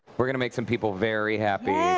we're going to some people very happy.